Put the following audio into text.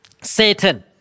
Satan